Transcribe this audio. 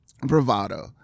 Bravado